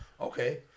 Okay